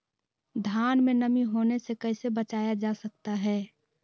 धान में नमी होने से कैसे बचाया जा सकता है?